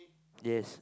yes